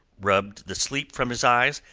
rubbed the sleep from his eyes,